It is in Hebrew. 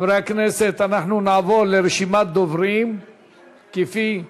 חברי הכנסת, אנחנו נעבור לרשימת הדוברים המונחת.